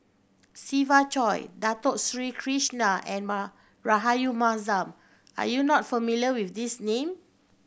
Siva Choy Dato Sri Krishna and Rahayu Mahzam are you not familiar with these name